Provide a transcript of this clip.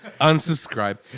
unsubscribe